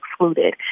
excluded